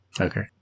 Okay